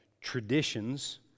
traditions